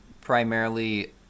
primarily